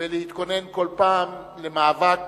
ולהתכונן בכל פעם למאבק